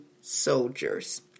soldiers